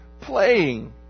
playing